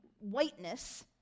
Whiteness